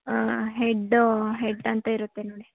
ಹಾಂ ಹೆಡ್ಡು ಹೆಡ್ಡಂತ ಇರುತ್ತೆ ನೋಡಿ